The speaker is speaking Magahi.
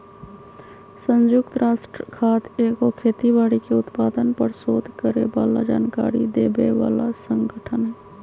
संयुक्त राष्ट्र खाद्य एगो खेती बाड़ी के उत्पादन पर सोध करे बला जानकारी देबय बला सँगठन हइ